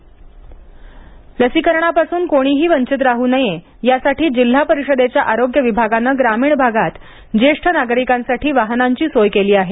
ज्येष्ठांसाठी व्यवस्था लसीकरणापासून कोणीही वंचित राह् नये यासाठी जिल्हा परिषदेच्या आरोग्य विभागानं ग्रामीण भागात ज्येष्ठ नागरिकांसाठी वाहनांची सोय केली आहे